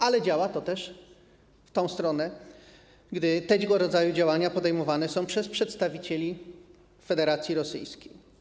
Ale działa to też w drugą stronę, gdy tego rodzaju działania podejmowane są przez przedstawicieli Federacji Rosyjskiej.